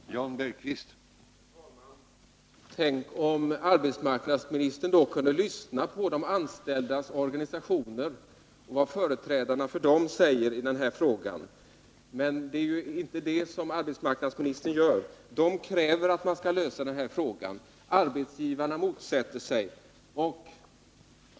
Herr talman! Det vore då tacknämligt om arbetsmarknadsministern kunde Torsdagen den lyssna på vad företrädarna för de anställdas organisationer säger i denna fråga. 19 april 1979 Men det gör inte arbetsmarknadsministern. De anställdas organisationer kräver att denna fråga skall lösas, men arbetsgivarna motsätter sig detta.